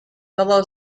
fellow